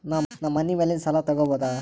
ನಾ ಮನಿ ಮ್ಯಾಲಿನ ಸಾಲ ತಗೋಬಹುದಾ?